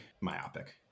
myopic